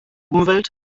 umwelt